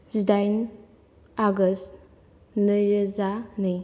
जिदाइन आगष्ट नै रोजा नै